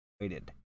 waited